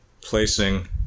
placing